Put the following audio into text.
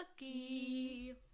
lucky